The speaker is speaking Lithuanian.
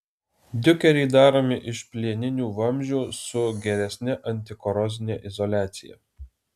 diukeriai daromi iš plieninių vamzdžių su geresne antikorozine izoliacija